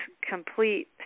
complete